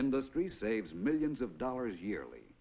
industry saves millions of dollars yearly